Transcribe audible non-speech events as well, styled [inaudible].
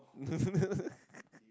[laughs]